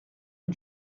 une